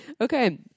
Okay